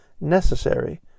necessary